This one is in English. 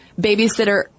babysitter